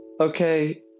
okay